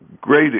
great